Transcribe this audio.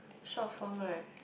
short form right